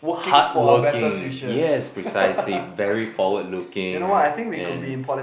hardworking yes precisely very forward looking and